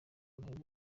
amahirwe